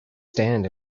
stand